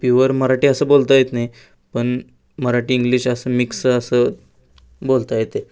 pure Marathi असं बोलता येत नाही पण मराठी इंग्लिश असं मिक्स असं बोलता येते